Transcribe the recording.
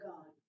God